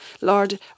Lord